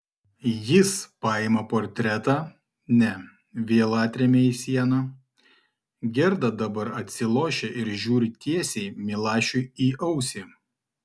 jis paima portretą ne vėl atremia į sieną gerda dabar atsilošia ir žiūri tiesiai milašiui į ausį